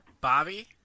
Bobby